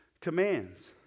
commands